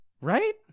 Right